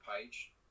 page